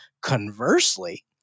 conversely